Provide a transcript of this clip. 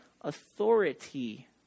authority